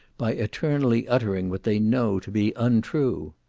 by eternally uttering what they know to be untrue.